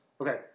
Okay